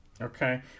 Okay